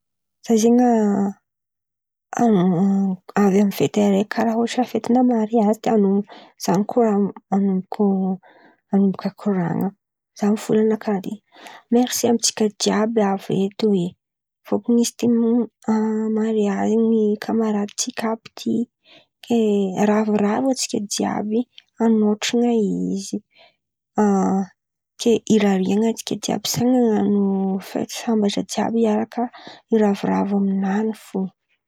Zah zen̈y avy amin̈'ny fety araiky, karà ôhatra fetinà mariazy. De ano- zah koa anombo- anomboka koran̈a, zah mivolan̈a karà in̈y: mersi amintsika jiàby avy eto oe, fôtony izy ty mariazy ny kamarady ntsika àby ty. Ke ravoravo antsika jiàby anotron̈a izy. Ke irarihan̈a atsika jiàby, samy han̈ano fety sambatra iaraka iravoravo amin̈any fo.